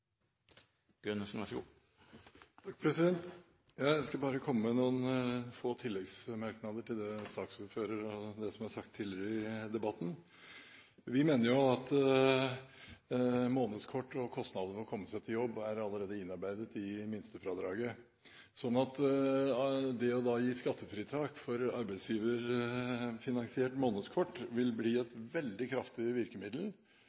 Jeg ønsker bare å komme med noen få tilleggsmerknader til det saksordføreren og andre har sagt tidligere i debatten. Vi mener at månedskort og kostnader ved å komme seg til jobb allerede er innarbeidet i minstefradraget, så det å gi skattefritak for arbeidsgiverfinansiert månedskort vil bli et veldig kraftig virkemiddel,